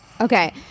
Okay